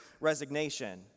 Resignation